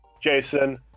Jason